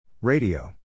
Radio